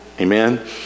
Amen